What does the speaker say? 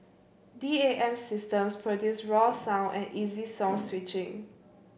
D A M systems produce raw sound and easy song switching